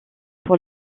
pour